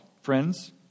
Friends